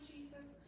Jesus